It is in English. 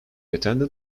attended